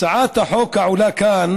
הצעת החוק העולה כאן